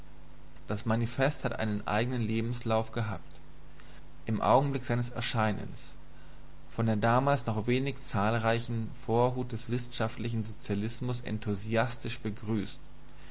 das manifest hat einen eignen lebenslauf gehabt im augenblick seines erscheinens von der damals noch wenig zahlreichen vorhut des wissenschaftlichen sozialismus enthusiastisch begrüßt